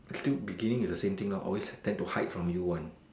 they still beginning is the same thing lor always tend to hide from you one